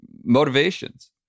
motivations